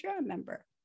member